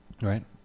Right